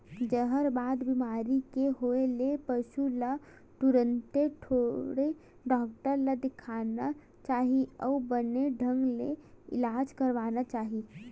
जहरबाद बेमारी के होय ले पसु ल तुरते ढ़ोर डॉक्टर ल देखाना चाही अउ बने ढंग ले इलाज करवाना चाही